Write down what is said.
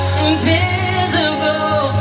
invisible